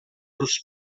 dos